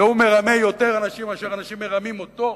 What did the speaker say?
והוא יותר מרמה אנשים מאשר אנשים מרמים אותו,